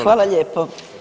Hvala lijepo.